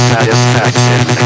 Satisfaction